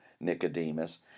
Nicodemus